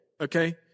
Okay